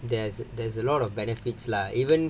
there's there's a lot of benefits lah even